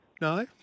No